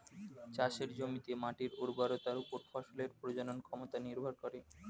চাষের জমিতে মাটির উর্বরতার উপর ফসলের প্রজনন ক্ষমতা নির্ভর করে